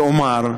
ואומר,